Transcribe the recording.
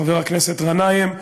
חבר הכנסת גנאים,